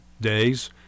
days